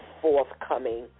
forthcoming